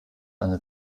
eine